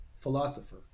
philosopher